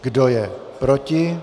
Kdo je proti?